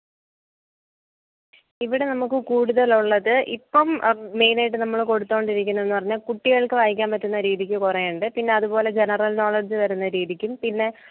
ഇവിടെ നമുക്ക് കൂടുതലുള്ളത് ഇപ്പം മെയിനായിട്ട് നമ്മൾ കൊടുത്തു കൊണ്ടിരിക്കുന്നതെന്നു പറഞ്ഞാൽ കുട്ടികൾക്ക് വായിക്കാൻ പറ്റുന്ന രീതിക്ക് കുറേയുണ്ട് പിന്നതു പോലെ ജനറൽ നോളഡ്ജ് വരുന്ന രീതിക്കും പിന്നെ